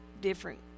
different